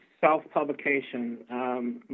self-publication